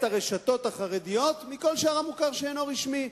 את הרשתות החרדיות מכל שאר המוכר שאינו רשמי.